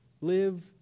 live